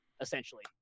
essentially